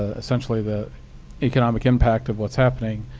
ah essentially the economic impact of what's happening,